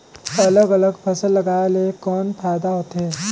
अलग अलग फसल लगाय ले कौन फायदा होथे?